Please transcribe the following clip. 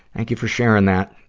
thank you for sharing that.